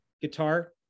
guitar